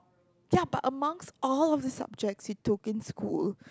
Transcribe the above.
ya but amongst all of the subjects you took in school